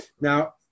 Now